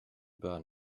burn